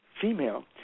Female